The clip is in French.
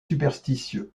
superstitieux